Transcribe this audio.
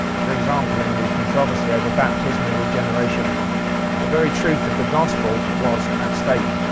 for example in the controversy over baptismal regeneration, the very truth of the gospel was at stake.